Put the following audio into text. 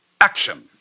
Action